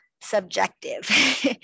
subjective